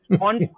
on